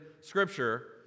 scripture